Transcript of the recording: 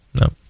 no